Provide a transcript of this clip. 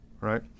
right